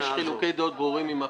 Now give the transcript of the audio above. יש חילוקי דעות ברורים עם הפיקוח.